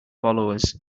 followers